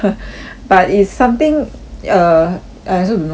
but it is something err I also don't know how to say leh